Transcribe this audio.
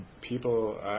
people